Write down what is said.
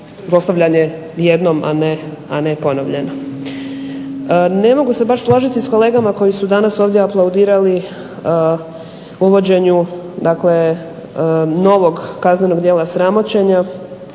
zlostavljanje jednom a ne ponovljeno. Ne mogu se baš složiti s kolegama koji su danas ovdje aplaudirali uvođenju dakle novog kaznenog djela sramoćenja